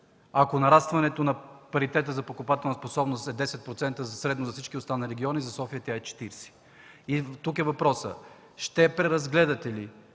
Ако нарастването на паритета за покупателна способност е 10% средно за всички останали региони, за София тя е 40. Тук въпросът е: ще преразгледате ли